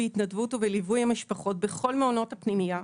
בהתנדבות ובליווי המשפחות בכל מעונות הפנימייה.